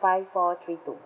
five four three two